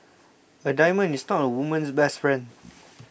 a diamond is not a woman's best friend